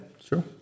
Sure